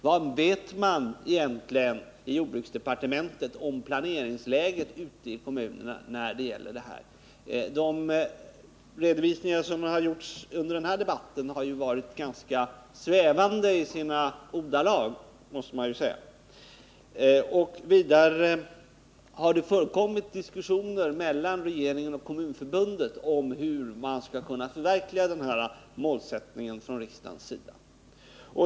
Vad vet man egentligen i jordbruksdepartementet om planeringsläget i kommunerna i detta fall? De redovisningar som har gjorts under den här debatten har varit ganska svävande. Vidare frågade jag: Har det förekommit några diskussioner mellan regeringen och Kommunförbundet om hur riksdagens målsättning skall kunna förverkligas?